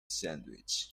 sandwich